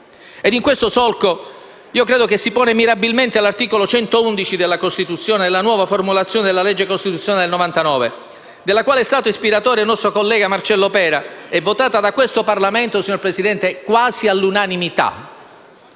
E in questo solco io credo si ponga mirabilmente l'articolo 111 della Costituzione nella nuova formulazione della legge costituzionale del 1999, della quale è stato ispiratore il nostro collega Marcello Pera e votata da questo Parlamento, signor Presidente, quasi all'unanimità.